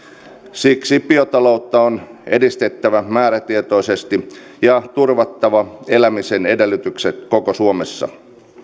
siksi biotaloutta on edistettävä määrätietoisesti ja turvattava elämisen edellytykset koko suomessa